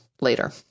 later